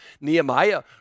Nehemiah